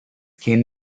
skin